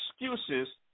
excuses